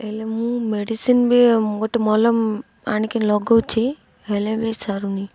ହେଲେ ମୁଁ ମେଡ଼ିସିନ୍ ବି ଗୋଟେ ମଲମ୍ ଆଣିକି ଲଗଉଛି ହେଲେ ବି ସାରୁନି